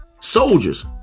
soldiers